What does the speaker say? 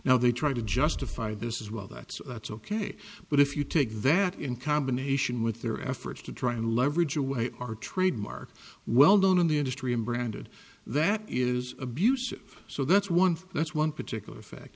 now they try to justify this is well that's that's ok but if you take that in combination with their efforts to try and leverage away our trademark well known in the industry in branded that is abusive so that's one that's one particular effect